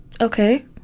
okay